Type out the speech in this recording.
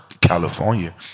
California